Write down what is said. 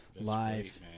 live